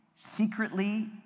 Secretly